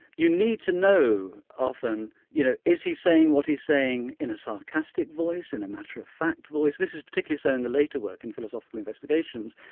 you need to know often, you know is he saying what he's saying in a sarcastic voice, in a matter-of-fact voice? this is particularly so in the later work, in philosophical investigations,